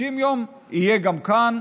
60 יום, יהיה גם כאן.